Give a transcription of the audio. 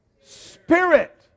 Spirit